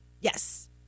Yes